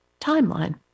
timeline